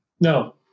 No